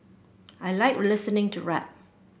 I like listening to rap